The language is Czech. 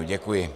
Děkuji.